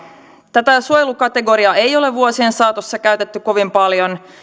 tätä suojelukategoriaa ei ole vuosien saatossa käytetty kovin paljon